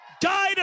Died